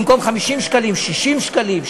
במקום 50 שקלים 60 שקלים,